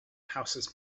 houses